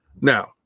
Now